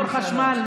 סך הכול חיבור חשמל,